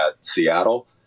Seattle